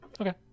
Okay